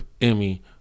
Emmy